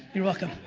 you're welcome.